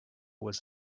was